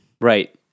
Right